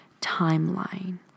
timeline